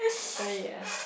so ya